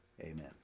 Amen